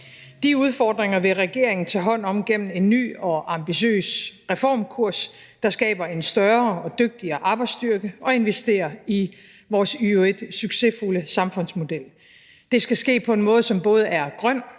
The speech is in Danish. De udfordringer vil regeringen tage hånd om gennem en ny og ambitiøs reformkurs, der skaber en større og dygtigere arbejdsstyrke og investerer i vores i øvrigt succesfulde samfundsmodel. Det skal ske på en måde, som både er grøn,